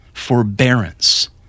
forbearance